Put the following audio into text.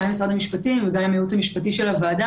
עם משרד המשפטים וגם עם הייעוץ המשפטי של הוועדה